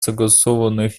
согласованных